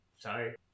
sorry